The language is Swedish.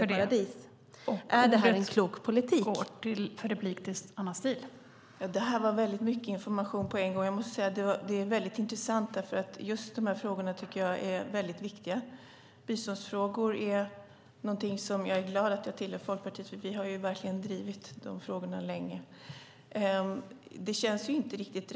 Är detta klok politik?